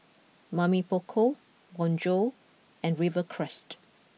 Mamy Poko Bonjour and Rivercrest